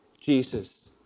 Jesus